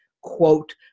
quote